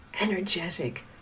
energetic